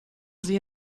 sie